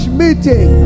meeting